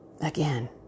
Again